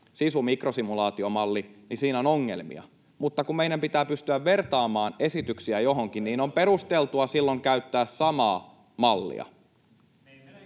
SISU-mikrosimulaatiomallissa on ongelmia, mutta kun meidän pitää pystyä vertaamaan esityksiä johonkin, niin on perusteltua silloin käyttää samaa mallia.